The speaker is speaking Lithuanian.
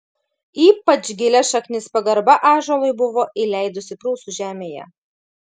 ypač gilias šaknis pagarba ąžuolui buvo įleidusi prūsų žemėje